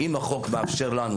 אם החוק מאפשר לנו,